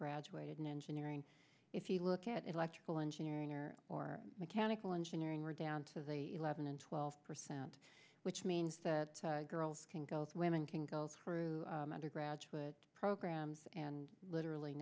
graduated in engineering if you look at electrical engineering or or mechanical engineering we're down to the eleven and twelve percent which means that girls can go if women can go through undergraduate programs and literally